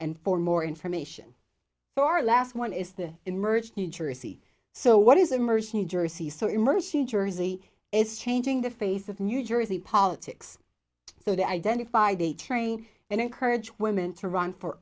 and for more information for our last one is the emerged new jersey so what is immersion in jersey so immersion jersey is changing the face of new jersey politics so to identify they train and encourage women to run for